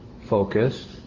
focused